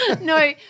No